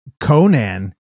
Conan